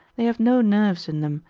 they have no nerves in them,